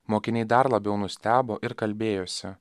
mokiniai dar labiau nustebo ir kalbėjosi